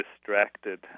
distracted